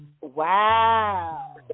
Wow